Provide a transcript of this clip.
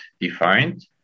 defined